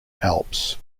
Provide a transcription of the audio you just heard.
alps